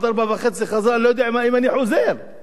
בקטל שקורה על הכביש,